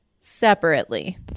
separately